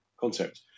concept